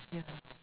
ya